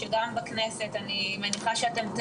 אני מניחה שאתם,